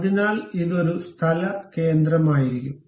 അതിനാൽ ഇത് ഒരു സ്ഥല കേന്ദ്രമായിരിക്കും